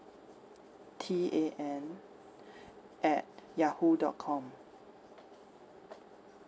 T A N at Yahoo dot com